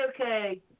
okay